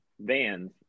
vans